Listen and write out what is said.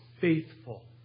faithful